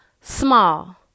small